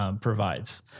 provides